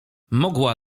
mogła